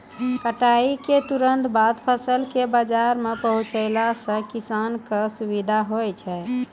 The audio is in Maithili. कटाई क तुरंत बाद फसल कॅ बाजार पहुंचैला सें किसान कॅ सुविधा होय छै